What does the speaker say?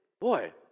boy